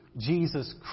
Jesus